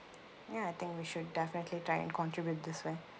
ya I think we should definitely try and contribute this way